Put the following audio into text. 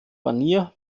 barnier